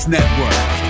Network